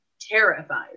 terrified